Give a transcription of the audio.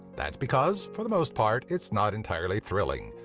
that's because, for the most part, it's not entirely thrilling,